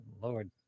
Lord